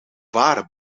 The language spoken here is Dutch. waren